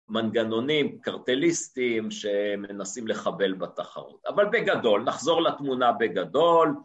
מנגנונים קרטליסטיים שמנסים לחבל בתחרות אבל בגדול, נחזור לתמונה בגדול...